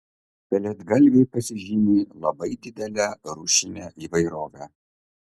pelėdgalviai pasižymi labai didele rūšine įvairove